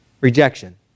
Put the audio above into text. Rejection